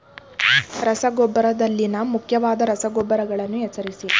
ರಸಗೊಬ್ಬರದಲ್ಲಿನ ಮುಖ್ಯವಾದ ರಸಗೊಬ್ಬರಗಳನ್ನು ಹೆಸರಿಸಿ?